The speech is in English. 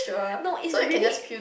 no is really